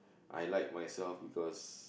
I like myself because